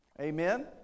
Amen